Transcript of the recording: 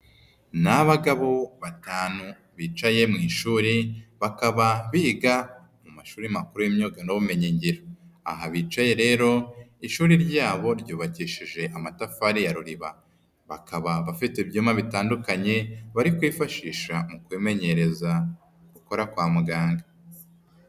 Ni abagabo batanu bicaye mu ishuri, bakaba biga mu mashuri makuru y'imyuga n'ubumenyingiro. Aha bicaye rero, ishuri ryabo ryubakishijeje amatafari ya ruriba. Baka bafite ibyuma bitandukanye, bari kwifashisha mu kumenyereza gukora kwa muganga.